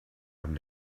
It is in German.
haben